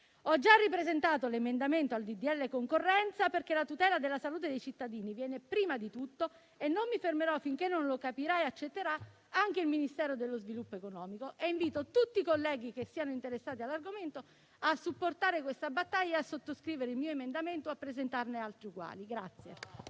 Ho già ripresentato l'emendamento al disegno di legge concorrenza, perché la tutela della salute dei cittadini viene prima di tutto e non mi fermerò finché non lo capirà e accetterà anche il Ministero dello sviluppo economico. Invito tutti i colleghi che siano interessati all'argomento a supportare questa battaglia e a sottoscrivere il mio emendamento o a presentarne altri uguali.